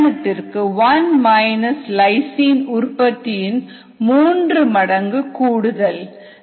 உதாரணத்திற்கு 1 லைசின் உற்பத்தியின் மூன்று மடங்கு கூடுதல்